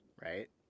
Right